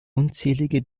unzählige